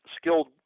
skilled